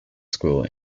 school